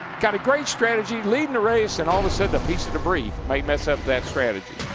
got a great strategy, leading the race, and all of a sudden a piece of debris may mess up that strategy.